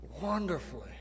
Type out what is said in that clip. Wonderfully